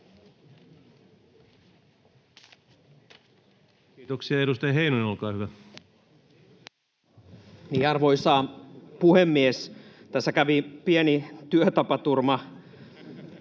Kiitoksia. — Edustaja Heinonen, olkaa hyvä. Arvoisa puhemies! Tässä kävi pieni työtapaturma.